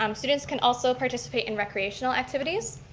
um students can also participate in recreational activities.